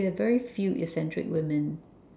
we have very few eccentric women